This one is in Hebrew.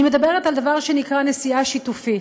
אני מדברת על דבר שנקרא נסיעה שיתופית.